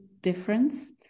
difference